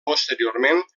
posteriorment